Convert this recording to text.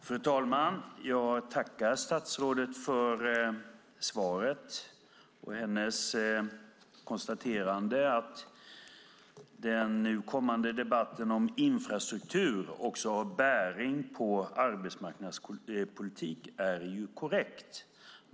Fru talman! Jag tackar statsrådet för svaret. Hennes konstaterande att den kommande debatten om infrastruktur också har bäring på arbetsmarknadspolitiken är ju korrekt.